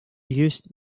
used